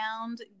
found